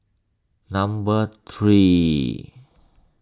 number three